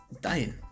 Dying